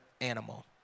animal